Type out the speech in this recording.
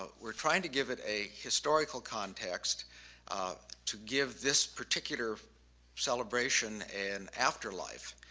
we're trying to give it a historical context to give this particular celebration an after-life.